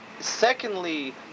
Secondly